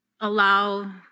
allow